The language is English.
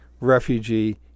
Refugee